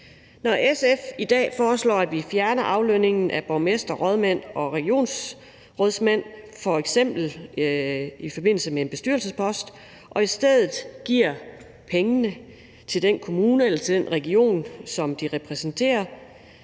Når SF i dag foreslår, at vi fjerner aflønningen af borgmestre, rådmænd og regionsrådsformænd i forbindelse med f.eks. en bestyrelsespost og i stedet giver pengene til den kommune eller den region, som de repræsenterer,